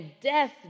death